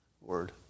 word